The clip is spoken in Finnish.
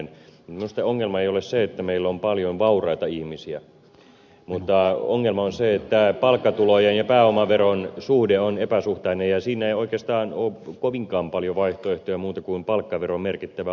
minusta ongelma ei ole se että meillä on paljon vauraita ihmisiä mutta ongelma on se että palkkatulojen ja pääomaveron suhde on epäsuhtainen ja siinä ei oikeastaan ole kovinkaan paljon vaihtoehtoja muuta kuin palkkaveron merkittävä alentaminen